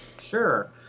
Sure